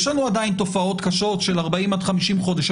יש לנו עדיין תופעות קשות של 40 עד 50 חודש,